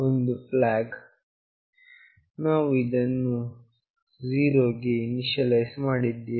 ಒಂದು flag ನಾವು ಇದನ್ನು 0 ಗೆ ಇನೀಷಿಯಲೈಸ್ ಮಾಡಿದ್ದೇವೆ